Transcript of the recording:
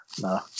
No